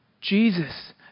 Jesus